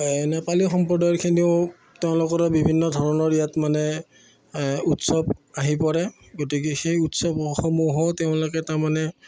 নেপালী সম্প্ৰদায়ৰখিনিও তেওঁলোকৰ বিভিন্ন ধৰণৰ ইয়াত মানে উৎসৱ আহি পৰে গতিকে সেই উৎসৱসমূহো তেওঁলোকে তাৰমানে